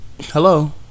Hello